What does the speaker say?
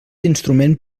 instrument